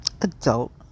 Adult